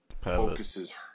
focuses